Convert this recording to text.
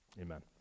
amen